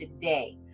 today